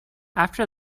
after